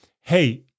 hey